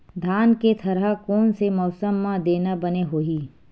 धान के थरहा कोन से मौसम म देना बने होही?